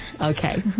okay